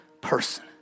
person